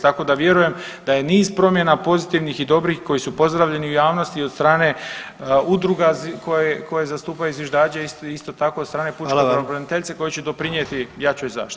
Tako da vjerujem da je niz promjena pozitivnih i dobrih koji su pozdravljeni u javnosti i od strane udruga koje zastupaju zviždače, isto tako od strane [[Upadica predsjednik: Hvala vam.]] pučke pravobraniteljice koji će doprinijeti jačoj zaštiti.